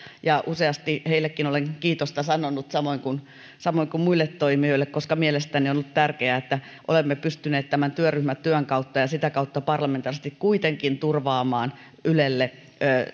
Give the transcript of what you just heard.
ja useasti heillekin olen kiitosta sanonut samoin kuin samoin kuin muille toimijoille koska mielestäni on on ollut tärkeää että olemme pystyneet tämän työryhmätyön kautta ja ja sitä kautta parlamentaarisesti kuitenkin turvaamaan ylelle